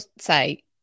say